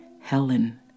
Helen